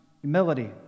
humility